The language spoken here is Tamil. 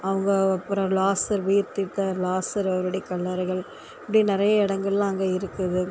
அவங்க அப்புறம் லாஸர் உயிர்பித்தார் லாஸர் அவர்களுடைய கல்லறைகள் இப்படி நெறைய இடங்கள்லாம் அங்கே வந்து இருக்குது